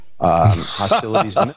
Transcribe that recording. Hostilities